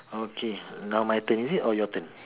okay now my turn is it or your turn